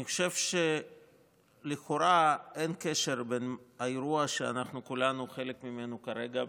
אני חושב שלכאורה אין קשר בין האירוע שאנחנו כולנו חלק ממנו כרגע,